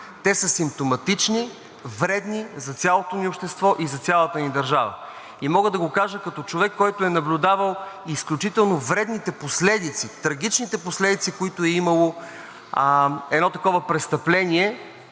те са симптоматични, вредни за цялото ни общество и за цялата ни държава. Това мога да го кажа като човек, който е наблюдавал изключително вредните последици, трагичните последици, които е имало едно такова престъпление